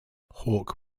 hawk